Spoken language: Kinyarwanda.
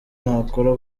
nakora